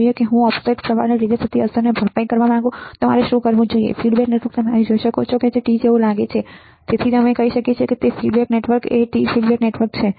તેથી જો હું ઓફસેટ પ્રવાહને લીધે થતી અસરની ભરપાઈ કરવા માંગુ છું તો મારે શું કરવું જોઈએ તો ફીડબેક નેટવર્ક તમે અહીં જોઈ શકો છો કે તે T જેવું લાગે છે તે T જેવું લાગે છે તેથી જ અમે કહીએ છીએ કે ટી ફીડબેક નેટવર્ક બતાવેલ છે